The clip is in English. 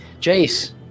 Jace